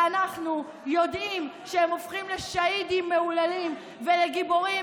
ואנחנו יודעים שהם הופכים לשהידים מהוללים ולגיבורים,